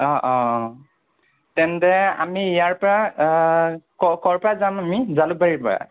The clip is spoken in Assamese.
অঁ অঁ অঁ তেন্তে আমি ইয়াৰ পৰা অঁ ক'ৰ ক'ৰ পৰা যাম আমি জালুকবাৰীৰ পৰা